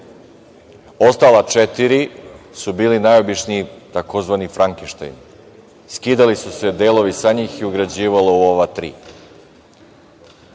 Ostala četiri su bili najobičniji tzv. frankenštajni. Skidali su se delovi sa njih i ugrađivalo u ova tri.